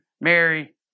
Mary